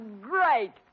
Great